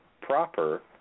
proper